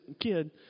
kid